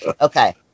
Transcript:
Okay